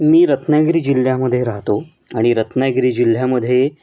मी रत्नागिरी जिल्ह्यामध्ये राहतो आणि रत्नागिरी जिल्ह्यामध्ये